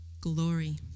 glory